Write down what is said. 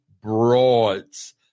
broads